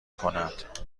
کند